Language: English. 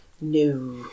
no